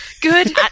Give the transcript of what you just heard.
Good